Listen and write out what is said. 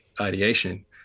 ideation